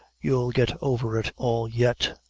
you'll get over it all yet.